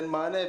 אין מענה,